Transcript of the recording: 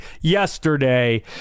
yesterday